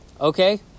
Okay